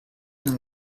non